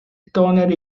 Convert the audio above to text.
stoner